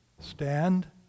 Stand